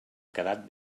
quedat